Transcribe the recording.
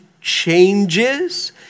changes